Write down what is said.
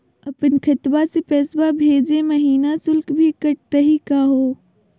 अपन खतवा से पैसवा भेजै महिना शुल्क भी कटतही का हो?